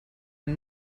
ein